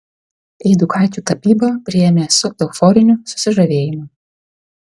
eidukaičio tapybą priėmė su euforiniu susižavėjimu